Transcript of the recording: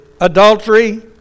adultery